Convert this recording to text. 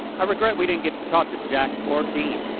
i regret we didn't get to talk to jack or dean.